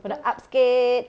wanna up sikit